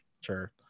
sure